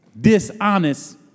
dishonest